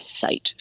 site